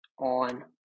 on